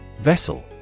Vessel